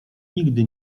nigdy